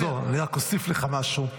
השר זוהר, אני רק אוסיף לך משהו.